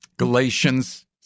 Galatians